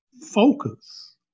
focus